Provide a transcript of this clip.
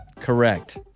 Correct